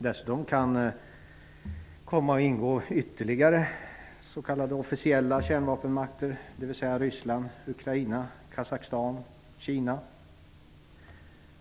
Dessutom kan ytterligare s.k. officiella kärnvapenmakter komma att ingå, dvs. Ryssland, Ukraina, Kazakstan och Kina.